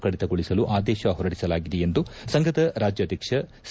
ಕಡಿತಗೊಳಿಸಲು ಆದೇಶ ಹೊರಡಿಸಲಾಗಿದೆ ಎಂದು ಸಂಘದ ರಾಜ್ಯಾಧ್ಯಕ್ಷ ಸಿ